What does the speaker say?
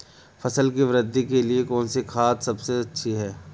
फसल की वृद्धि के लिए कौनसी खाद सबसे अच्छी है?